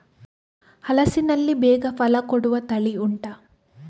ಹಲಸಿನಲ್ಲಿ ಬೇಗ ಫಲ ಕೊಡುವ ತಳಿ ಉಂಟಾ